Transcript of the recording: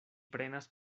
prenas